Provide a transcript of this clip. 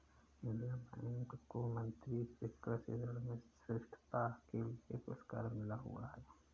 Indian Bank को मंत्री से कृषि ऋण में श्रेष्ठता के लिए पुरस्कार मिला हुआ हैं